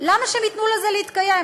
למה שהם ייתנו לזה להתקיים?